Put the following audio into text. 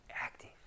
Active